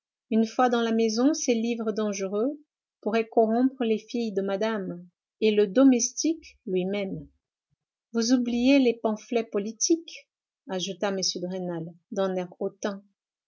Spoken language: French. une fois dans la maison ces livres dangereux pourraient corrompre les filles de madame et le domestique lui-même vous oubliez les pamphlets politiques ajouta m de rênal d'un air hautain